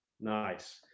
Nice